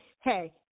hey